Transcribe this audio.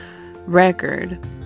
record